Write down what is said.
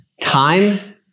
Time